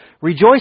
Rejoice